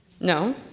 No